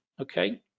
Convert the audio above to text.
Okay